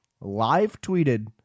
live-tweeted